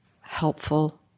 helpful